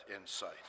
insight